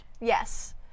Yes